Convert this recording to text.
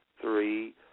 three